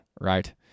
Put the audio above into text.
right